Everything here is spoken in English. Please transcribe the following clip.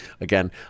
Again